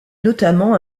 notamment